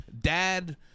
dad